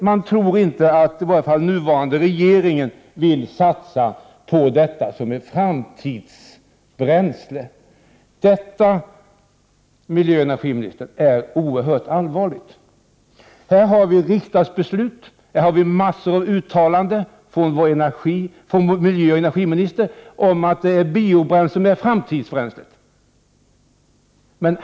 De tror i varje fall inte att den nuvarande regeringen vill satsa på detta som ett bränsle för framtiden. Detta är oerhört allvarligt, miljöoch energiministern! Vi har riksdagsbeslut, liksom massor av uttalanden från vår miljöoch energiminister om att biobränsle är framtidsbränsle.